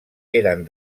eren